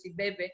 Sibebe